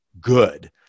good